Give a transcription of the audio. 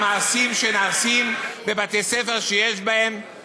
שנעשים בבתי-ספר שיש בהם